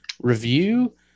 review